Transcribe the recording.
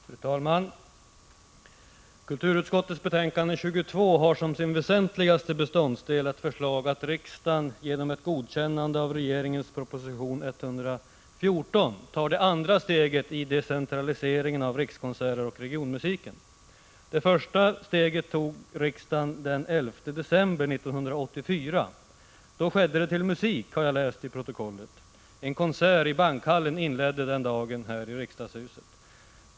Fru talman! Kulturutskottets betänkande 22 har som sin väsentligaste beståndsdel ett förslag att riksdagen genom ett godkännande av regeringens proposition 114 tar det andra steget i decentraliseringen av Rikskonserter och regionmusiken. Det första steget tog riksdagen den 11 december 1984. Då skedde det till musik, har jag läst i protokollet. En konsert i bankhallen inledde den dagen här i riksdagshuset.